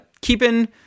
keeping